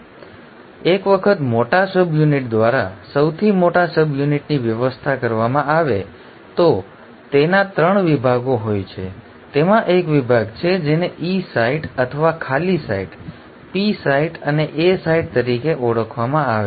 હવે એક વખત મોટા સબયુનિટ દ્વારા સૌથી મોટા સબયુનિટની વ્યવસ્થા કરવામાં આવે તો તેના 3 વિભાગો હોય છે તેમાં એક વિભાગ છે જેને E સાઇટ અથવા ખાલી સાઇટ P સાઇટ અને A સાઇટ તરીકે ઓળખવામાં આવે છે